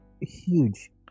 huge